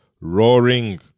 roaring